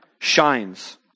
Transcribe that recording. shines